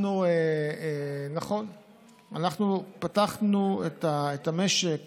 נכון, אנחנו פתחנו את המשק